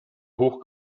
hoch